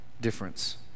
difference